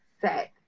set